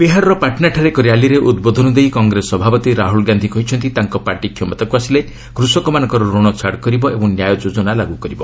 ବିହାରର ପାଟନାଠାରେ ଏକ ର୍ୟାଲିରେ ଉଦ୍ବୋଧନ ଦେଇ କଂଗ୍ରେସ ସଭାପତି ରାହୁଲ୍ ଗାନ୍ଧି କହିଛନ୍ତି ତାଙ୍କ ପାର୍ଟି କ୍ଷମତାକୁ ଆସିଲେ କୃଷକମାନଙ୍କର ଋଣ ଛାଡ଼ କରିବ ଓ 'ନ୍ୟାୟ' ଯୋଜନା ଲାଗୁ କରିବ